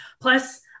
plus